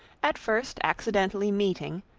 at first accidentally meeting,